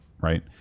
right